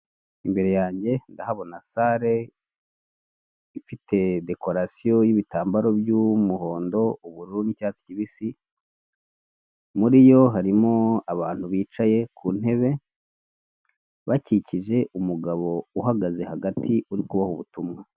Imbere yanjye ndahabona sare ifite dekorarasiyo y'ibitambaro byumuhondo ubururu n'icyatsi kibisi, muri yo harimo abantu bicaye ku ntebe bakikije umugabo uhagaze hagati uri kubaha ubutumwa.